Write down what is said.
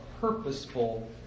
purposeful